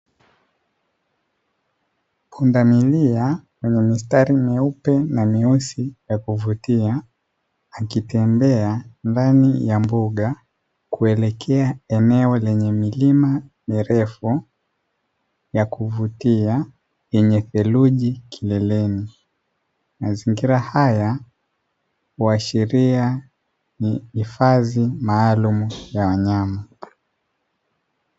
Pundamilia wenye mistari meupe na meusi ya kuvutia akitembea ndani ya mbuga kuelekea eneo lenye milima mirefu ya kuvutia yenye theluji kileleni, mazingira haya huashiria ni hifadhi maalumu ya wanyama.